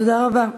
תודה רבה.